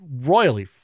royally